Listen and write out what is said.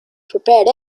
prepared